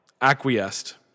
acquiesced